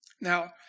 Now